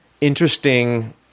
interesting